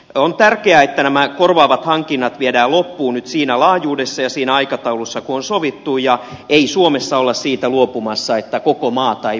on tärkeää että nämä korvaavat hankinnat viedään loppuun nyt siinä laajuudessa ja siinä aikataulussa kuin on sovittu ja ei suomessa olla siitä luopumassa että koko maata puolustetaan